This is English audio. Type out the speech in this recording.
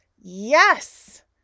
Yes